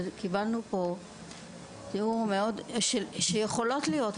קיבלנו פה תיאור שהן יכולות להיות,